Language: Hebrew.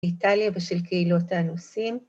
‫איטליה ושל קהילות הנוסעים.